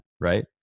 right